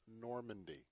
Normandy